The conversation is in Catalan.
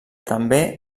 també